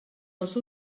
dels